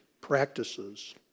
practices